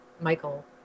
Michael